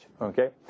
Okay